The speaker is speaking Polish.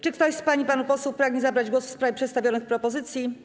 Czy ktoś z pań i panów posłów pragnie zabrać głos w sprawie przedstawionych propozycji?